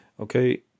Okay